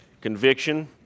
conviction